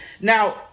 now